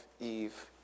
Eve